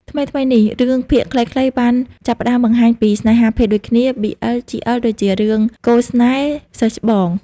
ថ្មីៗនេះ រឿងភាគខ្លីៗបានចាប់ផ្តើមបង្ហាញពី ស្នេហាភេទដូចគ្នា BL/GL ដូចជារឿង "កូស្នេហ៍សិស្សច្បង"។